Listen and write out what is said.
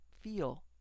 feel